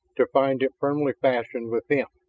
to find it firmly fastened within.